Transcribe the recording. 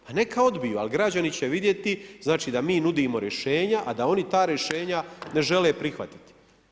Pa neka odbiju, ali građani će vidjeti, da mi nudimo rješenja, a da oni ta rješenja ne žele prihvatit.